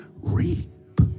reap